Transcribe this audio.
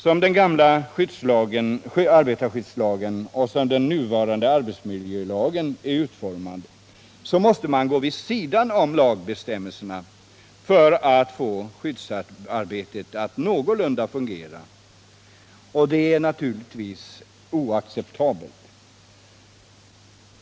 Som den gamla arbetarskyddslagen och den nuvarande arbetsmiljölagen är utformade måste man gå vid sidan om lagbestämmelserna för att få skyddsarbetet att fungera någorlunda. Det är naturligtvis oacceptabelt.